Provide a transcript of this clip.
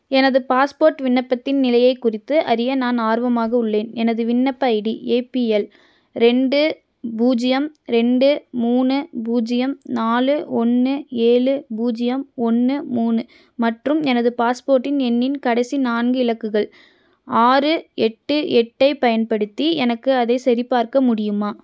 எனது பாஸ்போர்ட் விண்ணப்பத்தின் நிலையை குறித்து அறிய நான் ஆர்வமாக உள்ளேன் எனது விண்ணப்ப ஐடி ஏபிஎல் ரெண்டு பூஜ்ஜியம் ரெண்டு மூணு பூஜ்ஜியம் நாலு ஒன்று ஏழு பூஜ்ஜியம் ஒன்று மூணு மற்றும் எனது பாஸ்போர்ட்டின் எண்ணின் கடைசி நான்கு இலக்குகள் ஆறு எட்டு எட்டைப் பயன்படுத்தி எனக்கு அதைச் சரிபார்க்க முடியுமா